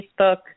Facebook